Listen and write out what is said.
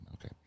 Okay